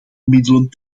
middelen